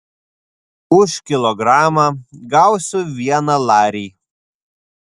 už kilogramą gausiu vieną larį